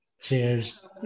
Cheers